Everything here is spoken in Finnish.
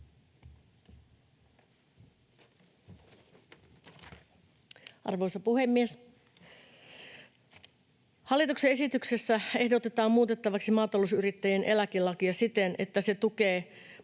Arvoisa puhemies! Hallituksen esityksessä ehdotetaan muutettavaksi maatalousyrittäjän eläkelakia siten, että se tukee